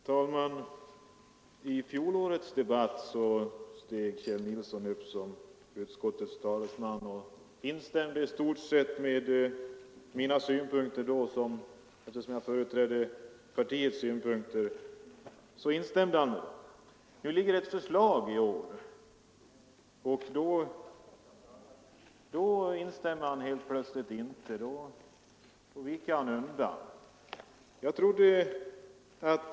Herr talman! I förra årets debatt om arbetsmiljön steg Kjell Nilsson i Växjö upp som utskottets talesman och instämde i stort sett i de synpunkter som jag då framförde på partiets vägnar. I år föreligger det ett förslag i dessa frågor, och då instämmer han plötsligt inte utan viker undan.